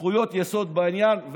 זכויות יסוד בעניין,